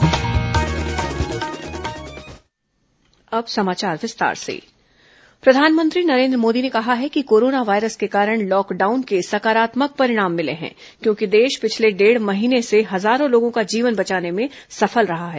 corona प्रधानमंत्री मुख्यमंत्री बातचीत प्रधानमंत्री नरेन द्व मोदी ने कहा है कि कोरोना वायरस के कारण लॉकडाउन के सकारात्मक परिणाम मिले है क्योकि देश पिछले डेढ़ महीने से हजारों लोगों का जीवन बचाने में सफल रहा है